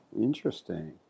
Interesting